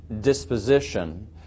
disposition